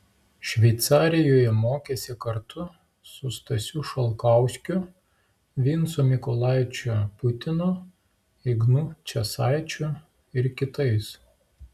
šveicarijoje mokėsi kartu su stasiu šalkauskiu vincu mykolaičiu putinu ignu česaičiu ir kitais